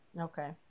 Okay